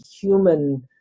human